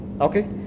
Okay